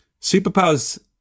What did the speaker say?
superpowers